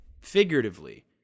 figuratively